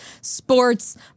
sports